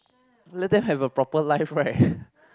let them have a proper life right